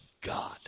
God